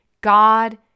God